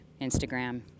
instagram